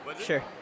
Sure